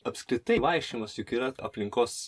apskritai vaikščiojimas juk yra aplinkos